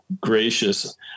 gracious